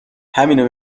همینو